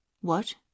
What